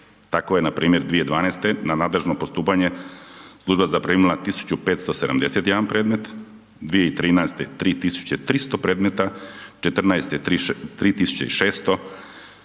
tako je npr. 2012. na nadležno postupanje služba zaprimila 1571 predmet, 2013. 3300, 2014. 3600,